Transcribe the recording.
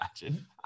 imagine